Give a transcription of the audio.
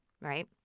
right